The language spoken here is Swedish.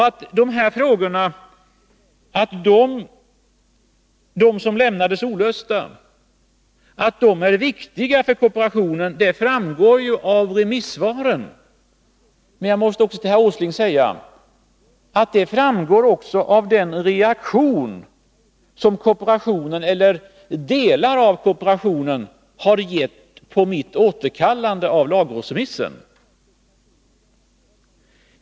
Att de frågor som lämnades olösta är viktiga för kooperationen framgår ju av remissvaren. Jag måste till herr Åsling säga att det också framgår av den reaktion som kooperationen, eller delar av kooperationen, har gett på mitt återkallande av lagrådsremissen.